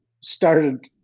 started